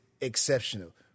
exceptional